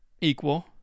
equal